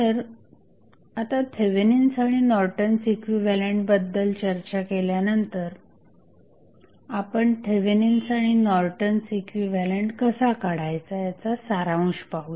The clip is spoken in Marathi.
तर आता थेवेनिन्स आणि नॉर्टन्स इक्विव्हॅलंट बद्दल चर्चा केल्यानंतर आपण थेवेनिन्स आणि नॉर्टन्स इक्विव्हॅलंट कसा काढायचा याचा सारांश पाहू